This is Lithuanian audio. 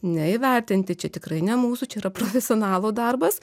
ne įvertinti čia tikrai ne mūsų čia yra profesionalų darbas